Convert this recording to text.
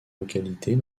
localités